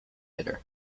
hitter